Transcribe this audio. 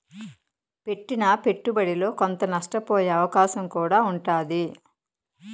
పెట్టిన పెట్టుబడిలో కొంత నష్టపోయే అవకాశం కూడా ఉంటాది